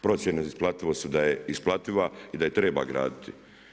Procjene isplativosti su da je isplativa i da je treba graditi.